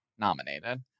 nominated